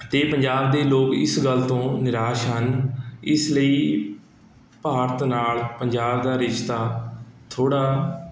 ਅਤੇ ਪੰਜਾਬ ਦੇ ਲੋਕ ਇਸ ਗੱਲ ਤੋਂ ਨਿਰਾਸ਼ ਹਨ ਇਸ ਲਈ ਭਾਰਤ ਨਾਲ਼ ਪੰਜਾਬ ਦਾ ਰਿਸ਼ਤਾ ਥੋੜ੍ਹਾ